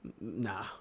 Nah